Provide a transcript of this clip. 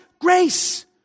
grace